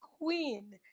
queen